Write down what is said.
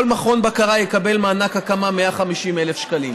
כל מכון בקרה יקבל מענק הקמה של 150,000 שקלים,